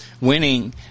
winning